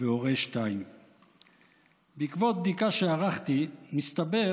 ו"הורה 2". בעקבות בדיקה שערכתי, מסתבר